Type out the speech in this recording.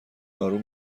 آروم